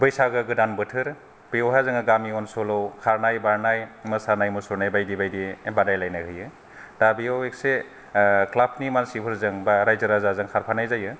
बैसागो गोदान बोथोर बेवहाय जोङो गामि ओनसोलाव खारनाय बारनाय मोसानाय मुसुरनाय बायदि बायदि बादायलायनाय होयो दा बेव एसे क्लाबनि मानसिफोरजों बा रायजो राजाजों खारफानाय जायो